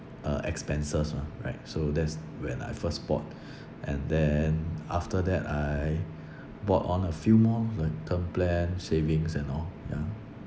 uh expenses mah right so that's when I first bought and then after that I bought on a few more like term plan savings and all ya